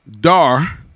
dar